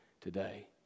today